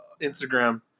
Instagram